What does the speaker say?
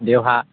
দেও হাঁহ